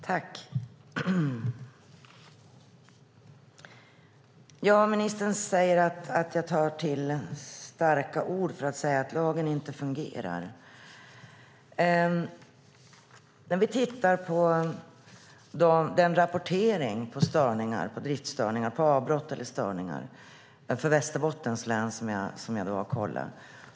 Fru talman! Ministern säger att jag tar till starka ord för att säga att lagen inte fungerar. Låt oss titta på den rapportering av avbrott eller driftstörningar i Västerbottens län som jag har kollat.